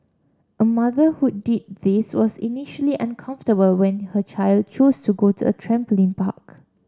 a mother who did this was initially uncomfortable when her child chose to go to a trampoline park